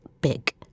big